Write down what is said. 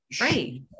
Right